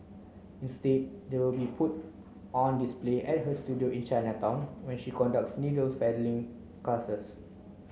instead they will be put on display at her studio in Chinatown where she conducts needle felting classes